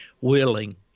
willing